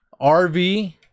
RV